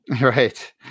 Right